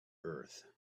earth